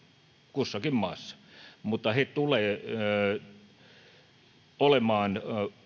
kussakin maassa mutta he tulevat olemaan